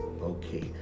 okay